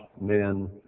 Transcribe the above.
men